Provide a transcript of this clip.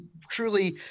truly